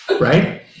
right